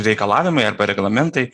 reikalavimai arba reglamentai